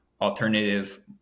alternative